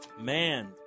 Man